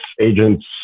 agents